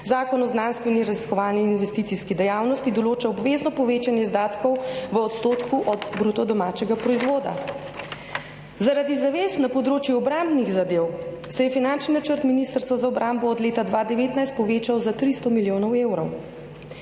Zakon o znanstveni, raziskovalni in investicijski dejavnosti določa obvezno povečanje izdatkov v odstotku od bruto domačega proizvoda. Zaradi zavez na področju obrambnih zadev se je finančni načrt ministrstva za obrambo od leta 2019 povečal za 300 milijonov evrov.